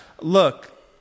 Look